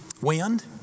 wind